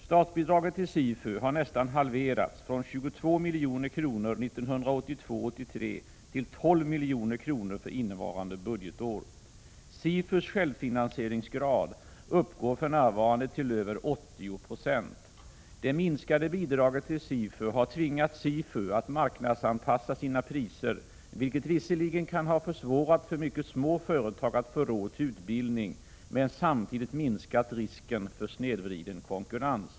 Statsbidraget till SIFU har nästan halverats från 22 milj.kr. 1982/83 till 12 milj.kr. för innevarande budgetår. SIFU:s självfinansieringsgrad uppgår för närvarande till över 80 96. Det minskade bidraget till SIFU har tvingat SIFU att marknadsanpassa sina priser, vilket visserligen kan ha försvårat för mycket små företag att få råd till utbildning men samtidigt minskat risken för snedvriden konkurrens.